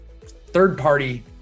third-party